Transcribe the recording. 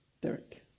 Derek